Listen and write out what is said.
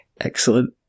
Excellent